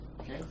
Okay